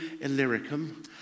Illyricum